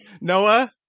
Noah